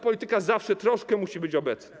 Polityka zawsze troszkę musi być obecna.